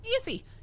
Easy